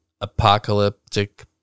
apocalyptic